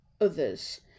others